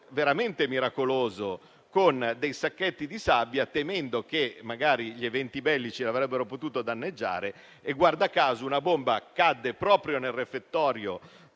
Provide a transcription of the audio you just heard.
veramente miracoloso, con dei sacchetti di sabbia temendo che gli eventi bellici avrebbero potuto danneggiarla. Guarda caso, una bomba cadde proprio nel refettorio